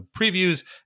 previews